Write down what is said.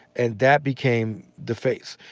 and that became the face.